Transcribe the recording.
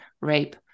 rape